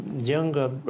younger